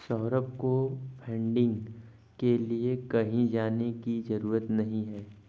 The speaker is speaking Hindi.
सौरभ को फंडिंग के लिए कहीं जाने की जरूरत नहीं है